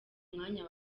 mwanya